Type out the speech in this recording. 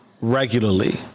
regularly